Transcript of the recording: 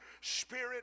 spirit